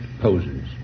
poses